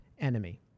enemy